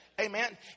Amen